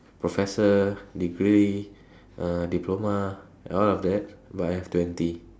professor degree uh diploma a lot of that but I have twenty